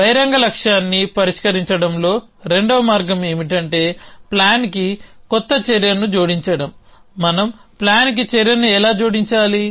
బహిరంగ లక్ష్యాన్ని పరిష్కరించడంలో రెండవ మార్గం ఏమిటంటే ప్లాన్కి కొత్త చర్యను జోడించడం మనం ప్లాన్కి చర్యను ఎలా జోడించాలి